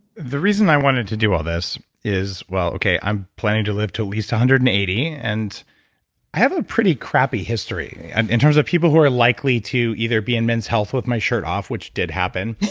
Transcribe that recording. the reason i wanted to do all this is well, okay, i'm planning to live to at least one hundred and eighty, and i have a pretty crappy history and in terms of people who are likely to either be in men's health with my shirt off, which did happen.